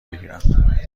بگیرم